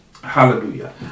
Hallelujah